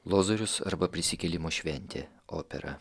lozorius arba prisikėlimo šventė opera